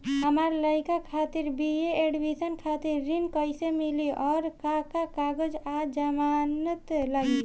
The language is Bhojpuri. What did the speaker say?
हमार लइका खातिर बी.ए एडमिशन खातिर ऋण कइसे मिली और का का कागज आ जमानत लागी?